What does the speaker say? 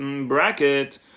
bracket